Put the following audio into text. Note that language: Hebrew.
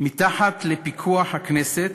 מתחת לפיקוח הכנסת,